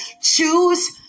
Choose